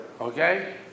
okay